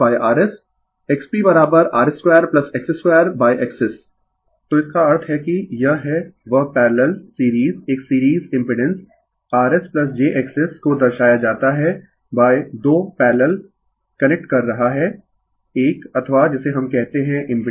Refer slide Time 0659 तो इसका अर्थ है कि यह है वह पैरलल सीरीज एक सीरीज इम्पिडेंस rsjXS को दर्शाया जाता है 2 पैरलल कनेक्ट कर रहा है एक अथवा जिसे हम कहते है इम्पिडेंस